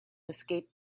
escape